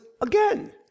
again